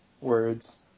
words